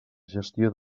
gestió